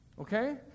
Okay